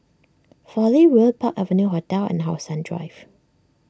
Fowlie Road Park Avenue Hotel and How Sun Drive